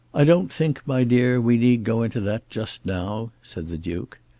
i don't think, my dear, we need go into that just now, said the duke.